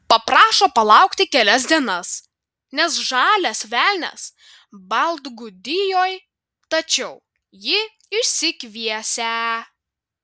paprašo palaukti kelias dienas nes žalias velnias baltgudijoj tačiau jį išsikviesią